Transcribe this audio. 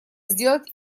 сделать